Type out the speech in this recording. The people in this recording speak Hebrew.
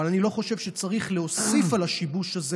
אבל אני לא חושב שצריך להוסיף על השיבוש הזה